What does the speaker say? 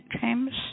James